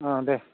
अ दे